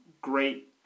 great